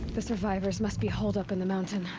the survivors must be holed up in the mountain!